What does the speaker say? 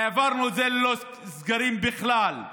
העברנו את זה ללא סגרים בכלל,